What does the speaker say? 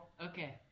Okay